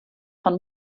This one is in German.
von